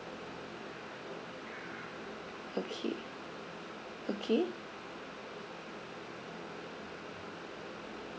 okay okay